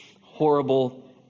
horrible